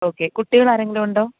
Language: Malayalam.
ഓക്കെ കുട്ടികൾ ആരെങ്കിലുമുണ്ടോ